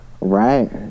Right